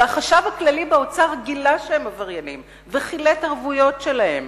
והחשב הכללי באוצר גילה שהם עבריינים וחילט ערבויות שלהם.